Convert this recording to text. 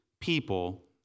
people